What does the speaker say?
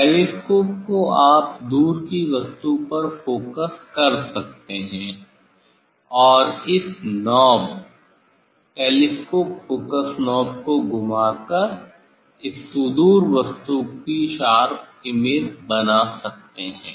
telescope को आप दूर की वस्तु पर फोकस कर सकते है और इस नॉब टेलीस्कोप फोकस नॉब को घुमाकर इस सुदूर वस्तु की शार्प इमेज बना सकते है